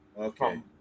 Okay